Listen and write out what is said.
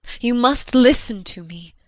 you must listen to me